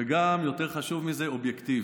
וגם יותר חשוב מזה, "אובייקטיבי".